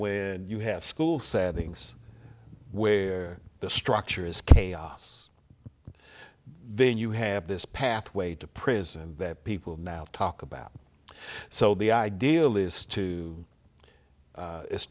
when you have school settings where the structure is chaos then you have this pathway to prison that people now talk about so the ideal is to